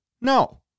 No